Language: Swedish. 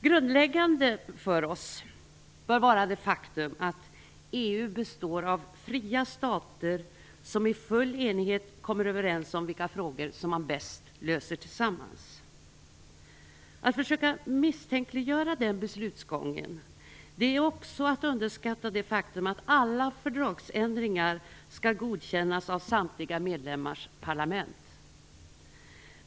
Grundläggande för oss bör vara det faktum att EU består av fria stater, som i full enighet kommer överens om vilka frågor som man bäst löser tillsammans. Att försöka misstänkliggöra den beslutsgången är också att underskatta det faktum att alla fördragsändringar skall godkännas av samtliga medlemmars parlament.